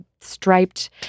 striped